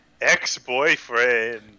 ex-boyfriend